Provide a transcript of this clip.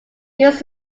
used